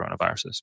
coronaviruses